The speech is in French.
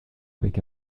avec